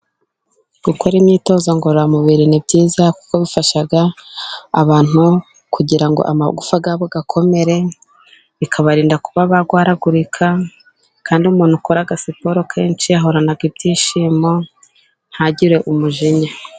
Gukora imyitozo ngorora mubiri ni byiza kuko bifasha abantu kugira ngo amagufa yabo akomere, bikabarinda kuba barwaragurika, kandi umuntu ukora siporo kenshi ahorana ibyishimo ntagire umujinya.